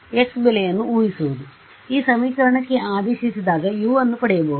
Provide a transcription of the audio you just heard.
X ಬೆಲೆಯನ್ನು ಊಹಿಸಿ ಈ ಸಮೀಕರಣಕ್ಕೆ ಆದೇಶಿಸಿದಾಗ U ಅನ್ನು ಪಡೆಯಬಹುದು